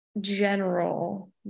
general